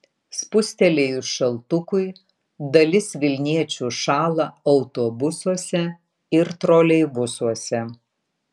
spustelėjus šaltukui dalis vilniečių šąla autobusuose ir troleibusuose